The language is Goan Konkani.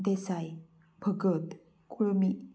देसाय भगत कुळमी